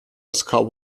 oscar